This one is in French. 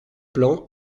plan